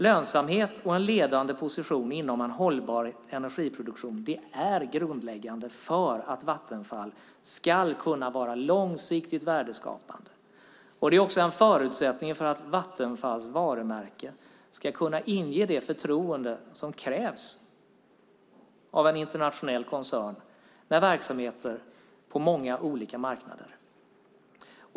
Lönsamhet och en ledande position inom en hållbar energiproduktion är grundläggande för att Vattenfall ska kunna vara långsiktigt värdeskapande. Det är också en förutsättning för att Vattenfalls varumärke ska kunna inge det förtroende som krävs av en internationell koncern med verksamheter på många olika marknader.